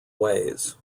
ways